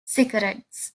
cigarettes